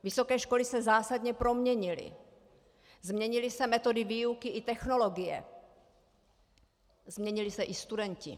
Vysoké školy se zásadně proměnily, změnily se metody výuky i technologie, změnili se i studenti.